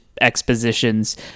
expositions